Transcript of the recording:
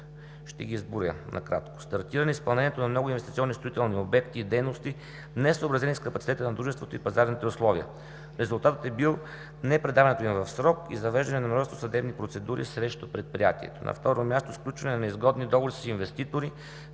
ще ги изброя накратко: - Стартиране изпълнението на много инвестиционни, строителни обекти и дейности, несъобразени с капацитета на Дружеството и пазарните условия. Резултатът е бил непредаването им в срок и завеждане на множество съдебни процедури срещу предприятието. - Сключване на неизгодни договори с инвеститори,